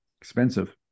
expensive